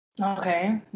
Okay